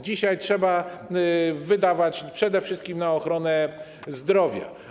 Dzisiaj trzeba wydawać przede wszystkim na ochronę zdrowia.